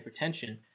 hypertension